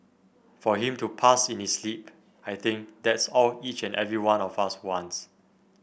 for him to pass in his sleep I think that's all each and every one of us wants